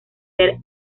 ser